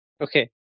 okay